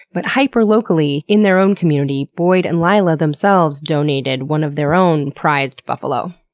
but hyper-locally, in their own community, boyd and lila themselves donated one of their own prized buffalo.